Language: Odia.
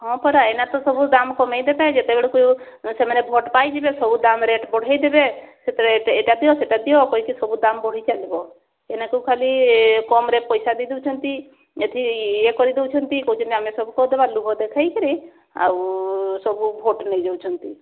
ହଁ ପରା ଏଇନା ତ ସବୁ ଦାମ କମେଇ ଦେବେ ଯେତେବେଳକୁ ସେମାନେ ଭୋଟ ପାଇଯିବେ ସବୁ ଦାମ ରେଟ ବଢ଼େଇ ଦେବେ ସେଥିରେ ଏଇଟା ଦିଅ ସେଇଟା ଦିଅ କହିକି ସବୁ ଦାମ ବଢ଼ି ଚାଲିବ ଏଇନାକୁ ଖାଲି କମରେ ପଇସା ଦେଇଦେଉଛନ୍ତି ଯଦି ଇଏ କରିଦଉଛନ୍ତି କହୁଛନ୍ତି ଆମେ ସବୁ କରିଦେବା ଲୋଭ ଦେଖେଇକରି ଆଉ ସବୁ ଭୋଟ ନେଇ ଯାଉଛନ୍ତି